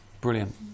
Brilliant